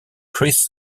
chris